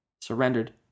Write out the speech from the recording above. surrendered